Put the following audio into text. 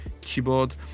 keyboard